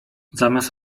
zamiast